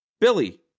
Billy